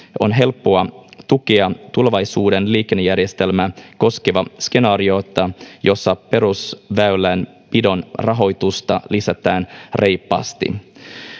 on helppoa tukea tulevaisuuden liikennejärjestelmää koskevaa skenaariota jossa perusväylänpidon rahoitusta lisätään reippaasti